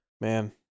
Man